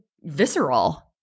visceral